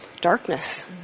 darkness